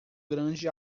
grande